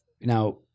now